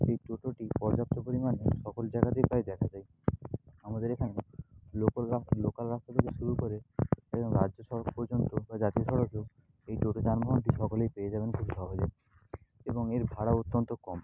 এই টোটোটি পর্যাপ্ত পরিমাণে সকল জায়গাতেই প্রায় দেখা যায় আমাদের এখানে লোকাল রাস লোকাল রাস্তা থেকে শুরু করে এবং রাজ্য সড়ক পর্যন্ত বা জাতীয় সড়কেও এই টোটো যানবাহনটি সকলেই পেয়ে যাবেন খুব সহজে এবং এর ভাড়া অত্যন্ত কম